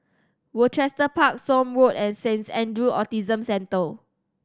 Rochester Park Somme Road and Saint Andrew's Autism Centre